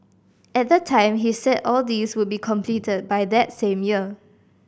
at the time he said all these would be completed by that same year